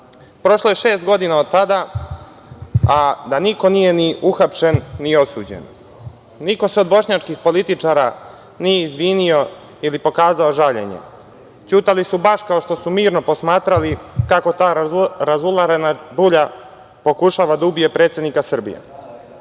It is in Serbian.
je šest godina od tada, a da niko nije ni uhapšen, ni osuđen. Niko se od bošnjačkih političara nije izvinio ili pokazao žaljenje. Ćutali su baš kao što su mirno posmatrali kako ta razularena rulja pokušava da ubije predsednika Srbije. Kao